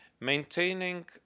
Maintaining